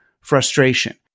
frustration